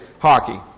Hockey